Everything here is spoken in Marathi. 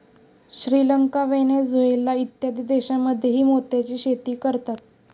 श्रीलंका, व्हेनेझुएला इत्यादी देशांमध्येही मोत्याची शेती करतात